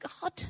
God